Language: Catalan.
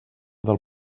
del